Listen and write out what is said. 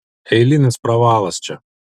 eilinis pravalas čia